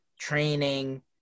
training